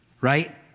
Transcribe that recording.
right